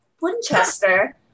Winchester